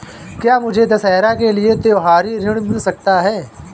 क्या मुझे दशहरा के लिए त्योहारी ऋण मिल सकता है?